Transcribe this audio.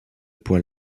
poil